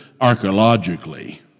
archaeologically